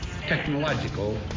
technological